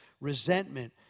resentment